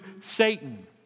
Satan